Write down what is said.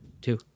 Two